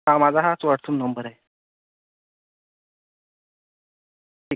हा माझा हाच वॉट्सअम् नंबर आहे ठीक